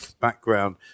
background